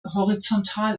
horizontal